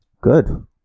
good